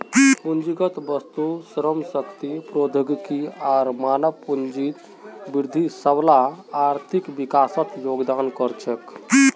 पूंजीगत वस्तु, श्रम शक्ति, प्रौद्योगिकी आर मानव पूंजीत वृद्धि सबला आर्थिक विकासत योगदान कर छेक